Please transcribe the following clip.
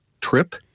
TRIP